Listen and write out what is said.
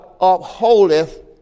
upholdeth